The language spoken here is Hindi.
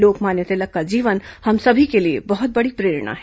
लोकमान्य तिलक का जीवन हम सभी के लिए बहुत बड़ी प्रेरणा है